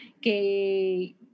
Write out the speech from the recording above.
que